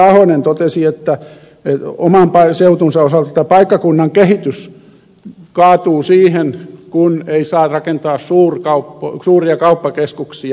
ahonen totesi oman seutunsa osalta että paikkakunnan kehitys kaatuu siihen kun ei saa rakentaa suuria kauppakeskuksia